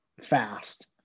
fast